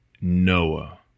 Noah